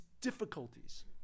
difficulties